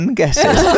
guesses